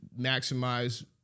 maximize